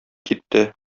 китте